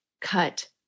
cut